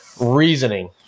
reasoning